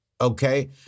okay